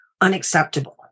unacceptable